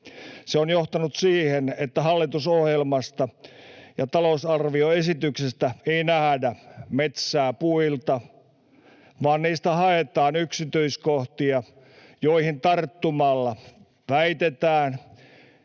Se on johtanut siihen, että hallitusohjelmasta ja talousarvioesityksestä ei nähdä metsää puilta, vaan niistä haetaan yksityiskohtia, joihin tarttumalla väitetään,